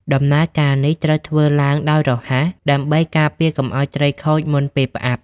ដំណើរការនេះត្រូវធ្វើឡើងដោយ រហ័ស ដើម្បីការពារកុំឱ្យត្រីខូចមុនពេលផ្អាប់។